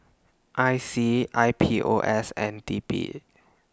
I C I P O S and T P